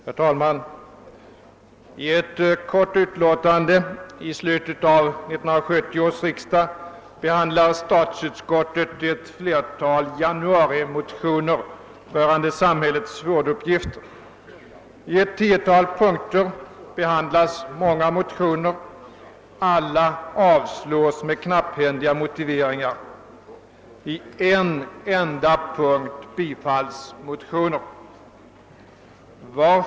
Herr talman! I ett kort utlåtande i slutet av 1970 års riksdag behandlar statsutskottet ett flertal motioner från januari rörande samhällets vårduppgifter. I ett tiotal punkter behandlas där många motioner, vilka alla avstyrkes med knapphändiga motiveringar. Bara i en enda punkt har motioner tillstyrkts.